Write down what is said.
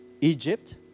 Egypt